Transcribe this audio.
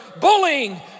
bullying